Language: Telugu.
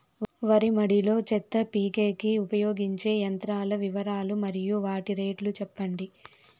వరి మడి లో చెత్త పీకేకి ఉపయోగించే యంత్రాల వివరాలు మరియు వాటి రేట్లు చెప్పండి?